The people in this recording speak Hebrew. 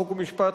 חוק ומשפט,